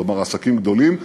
כלומר עסקים גדולים,